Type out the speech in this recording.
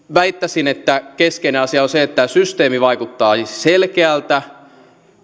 väittäisin että keskeinen asia on se että tämä systeemi vaikuttaa selkeältä